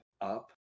up